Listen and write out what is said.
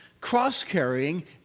Cross-carrying